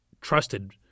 trusted